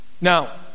Now